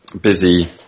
busy